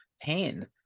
pain